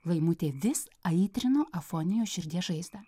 laimutė vis aitrino afonijos širdies žaizdą